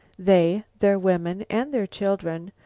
they, their women and their children,